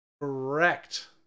Correct